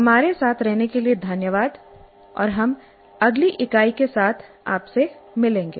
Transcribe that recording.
हमारे साथ रहने के लिए धन्यवाद और हम अगली इकाई के साथ आपसे मिलेंगे